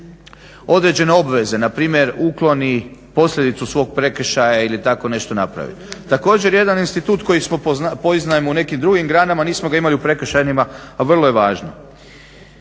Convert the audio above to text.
određene obveze. Na primjer ukloni posljedicu svog prekršaja ili tako nešto napravi. Također, jedan institut koji smo poznavali u nekim drugim granama a nismo ga imali u prekršajnima a vrlo je važno.